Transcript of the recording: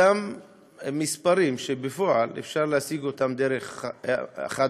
אותם מספרים שבפועל אפשר להשיג אותם דרך 144,